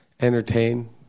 entertain